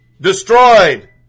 Destroyed